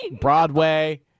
Broadway